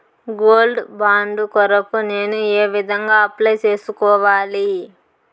Gold bond కొరకు నేను ఏ విధంగా అప్లై సేసుకోవాలి?